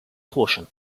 caution